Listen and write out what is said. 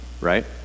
right